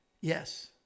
Yes